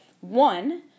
One